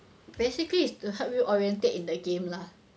basically is to help you oriented in the game lah